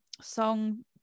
song